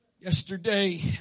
yesterday